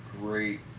great